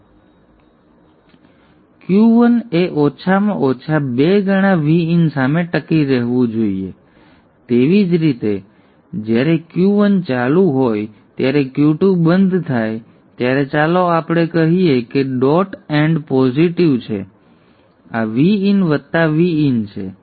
તેથી Q1 એ ઓછામાં ઓછા 2 ગણા Vin સામે ટકી રહેવું જોઈએ તેવી જ રીતે જ્યારે Q1 ચાલુ હોય ત્યારે Q2 બંધ થાય ત્યારે ચાલો આપણે કહીએ કે ડોટ એન્ડ પોઝિટિવ છે આ Vin વત્તા Vin છે